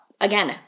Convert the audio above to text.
again